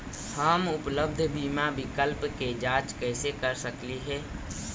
हम उपलब्ध बीमा विकल्प के जांच कैसे कर सकली हे?